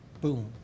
Boom